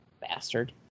bastard